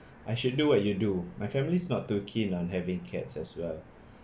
I should do what you do my family's not too keen on having cats as well